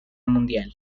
mundial